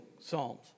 psalms